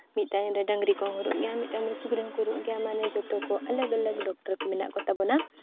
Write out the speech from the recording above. ᱢᱤᱫ ᱴᱟᱹᱭᱤᱢᱨᱮ ᱰᱟᱝᱨᱤ ᱠᱚᱦᱚᱸ ᱨᱩᱣᱟᱹᱜ ᱜᱮᱭᱟ ᱢᱤᱫ ᱴᱟᱭᱤᱢ ᱨᱮ ᱥᱩᱠᱨᱤ ᱦᱚᱸᱠᱚ ᱨᱩᱣᱟᱹᱜ ᱜᱮᱭᱟ ᱢᱟᱱᱮ ᱡᱚᱛᱚ ᱠᱚ ᱟᱞᱟᱜᱽᱼᱟᱞᱟᱜᱽ ᱰᱚᱠᱴᱚᱨ ᱠᱚ ᱢᱮᱱᱟᱜ ᱠᱚᱛᱟᱵᱚᱱᱟ